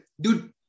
Dude